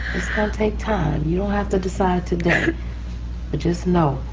its gonna take time. you don't have to decide today but just know,